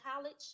college